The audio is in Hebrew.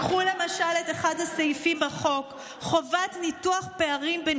קחו למשל את אחד הסעיפים בחוק: חובת ניתוח פערים בין